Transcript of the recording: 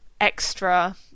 extra